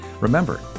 Remember